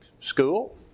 school